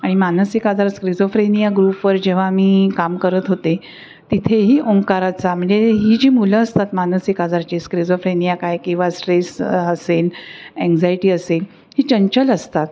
आणि मानसिक आजार स्क्रेझेनिया ग्रुपवर जेव्हा मी काम करत होते तिथेही ओंकाराचा म्हणजे ही जी मुलं असतात मानसिक आजारची स्क्रेझ्रेनिया काय किंवा स्ट्रेस असेल एन्झायटी असेल ही चंचल असतात